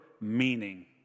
meaning